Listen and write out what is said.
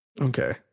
Okay